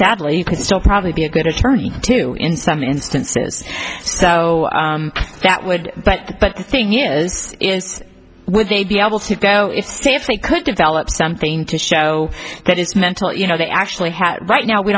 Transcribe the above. sadly you can still probably be a good attorney too in some instances so that would but but the thing is would they be able to go if states they could develop something to show that it's mental you know they actually have right now we